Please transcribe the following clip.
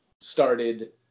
started